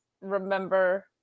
remember